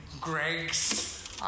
Greg's